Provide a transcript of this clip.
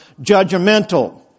judgmental